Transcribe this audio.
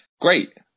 Great